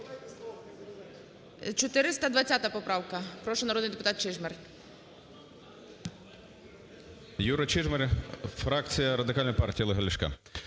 420 поправка. Прошу, народний депутатЧижмарь.